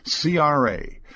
CRA